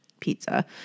pizza